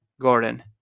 gordon